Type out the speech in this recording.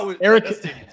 eric